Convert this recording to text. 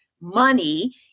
money